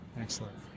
Excellent